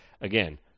again